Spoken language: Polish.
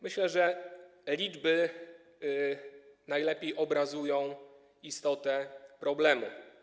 Myślę, że liczby najlepiej obrazują istotę problemu.